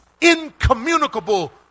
incommunicable